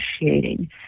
negotiating